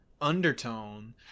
undertone